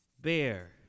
bear